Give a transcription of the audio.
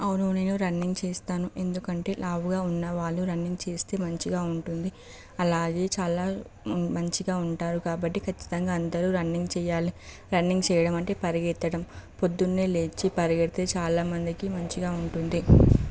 అవును నేను రన్నింగ్ చేస్తాను ఎందుకంటే లావుగా ఉన్నవాళ్ళు రన్నింగ్ చేస్తే మంచిగా ఉంటుంది అలాగే చాలా మంచిగా ఉంటారు కాబట్టి ఖచ్చితంగా అందరు రన్నింగ్ చేయాలి రన్నింగ్ చేయడం అంటే పరిగెత్తడం పొద్దున్నే లేచి పరిగెడితే చాలామందికి మంచిగా ఉంటుంది